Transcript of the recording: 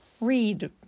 read